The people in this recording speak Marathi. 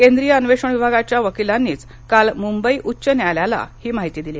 केंद्रीय अन्वेषण विभागाच्या वकिलांनीच काल मुंबई उच्च न्यायालयाला ही माहिती दिली